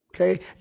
Okay